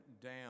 down